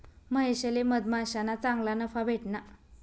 महेशले मधमाश्याना चांगला नफा भेटना